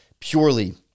purely